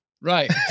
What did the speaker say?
Right